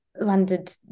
landed